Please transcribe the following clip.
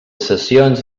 sessions